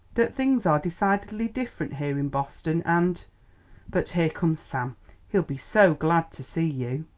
that things are decidedly different here in boston, and but here comes sam he'll be so glad to see you.